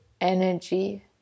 energy